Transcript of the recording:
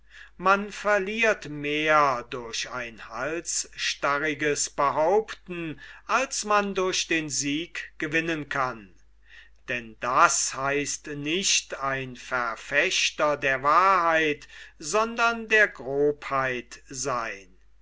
man verliert mehr durch ein halsstarriges behaupten als man durch den sieg gewinnen kann denn das heißt nicht ein verfechter der wahrheit sondern der grobheit seyn